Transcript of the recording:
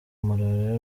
malariya